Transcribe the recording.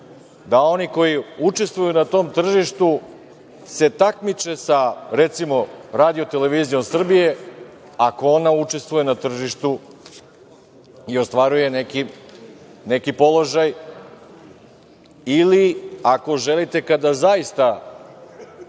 da oni koji učestvuju na tom tržištu se takmiče, recimo, sa Radio-televizijom Srbije, ako ona učestvuje na tržištu i ostvaruje neki položaj ili, ako želite, kao što